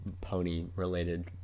pony-related